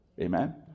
amen